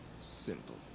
Simple